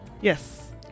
Yes